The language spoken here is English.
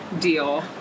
deal